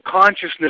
consciousness